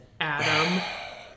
Adam